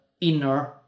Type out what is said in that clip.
inner